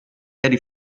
eighty